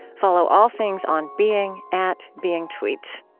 follow all things on being at beingtweets